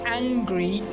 angry